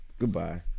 Goodbye